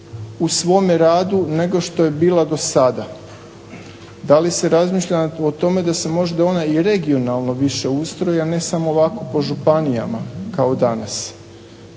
u svome rdu nego što je bila do sada. Da li se razmišlja o tome da se možda ona i regionalno više ustroji, a ne samo ovako po županijama kao danas.